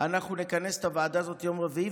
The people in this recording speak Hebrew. אנחנו נכנס את הוועדה הזאת ביום רביעי,